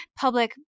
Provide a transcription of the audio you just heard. public